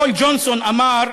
פול ג'ונסון אמר: